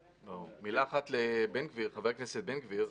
מילה אחת לחבר הכנסת בן גביר,